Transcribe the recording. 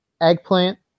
Eggplant